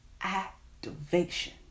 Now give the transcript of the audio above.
activation